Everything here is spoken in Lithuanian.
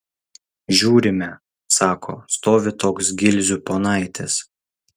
žiūrime sako stovi toks gilzių ponaitis